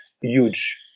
huge